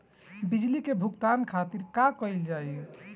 बिजली के भुगतान खातिर का कइल जाइ?